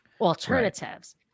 alternatives